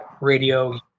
radio